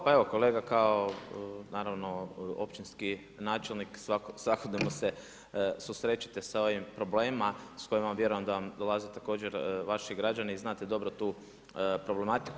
Pa evo kolega, kao naravno općinski načelnik svakodnevno se susrećete sa ovim problemima s kojima vjerujem da vam dolaze također vaši građani i znate dobro tu problematiku.